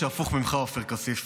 חבר הכנסת עופר כסיף,